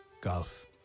golf